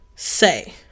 say